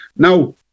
Now